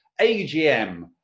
AGM